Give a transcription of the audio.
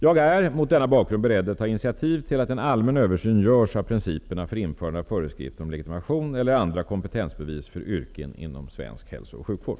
Jag är mot denna bakgrund beredd att ta initativ till att en allmän översyn görs av principerna för införande av föreskrifter om legitimation eller andra kompetensbevis för yrken inom svensk hälso och sjukvård.